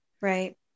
Right